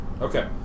okay